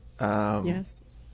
Yes